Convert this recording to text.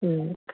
नीक